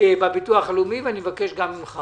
בביטוח הלאומי ומבקש גם ממך